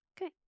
Okay